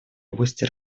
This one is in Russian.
области